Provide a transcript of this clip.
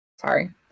Sorry